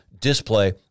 display